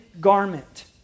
garment